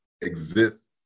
exist